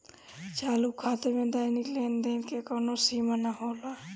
चालू खाता में दैनिक लेनदेन के कवनो सीमा ना होला